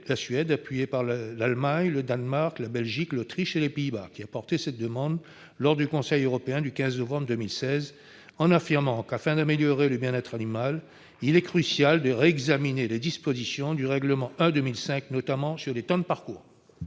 la Suède, appuyée par l'Allemagne, le Danemark, la Belgique, l'Autriche et les Pays-Bas, qui a porté cette demande lors du Conseil européen du 15 novembre 2016, en affirmant qu'« afin d'améliorer le bien-être animal, il est crucial de réexaminer les dispositions [du règlement n° 1/2005], notamment sur les temps de parcours